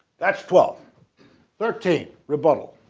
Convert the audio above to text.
that's twelve thirteen rebuttal